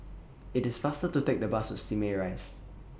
IT IS faster to Take The Bus to Simei Rise